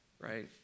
right